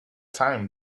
time